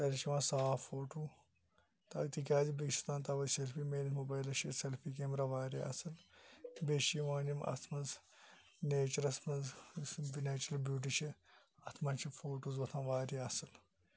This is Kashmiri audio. تَتٮ۪ن چھُ یِوان صاف فوٹو تکیازِ بیٚیہِ چھُس تُلان تَوَے سیٚلفی میٲنس مُبایلَس چھُ سیٚلفی کیمرہ واریاہ اَصل بیٚیہِ چھِ یِوان یِم اَتھ مَنٛز نیچرَس مَنٛز بیٚیہِ نیچرَل بیوٗٹِی چھِ اتھ مَنٛز چھِ فوٹوز وۄتھان واریاہ اَصل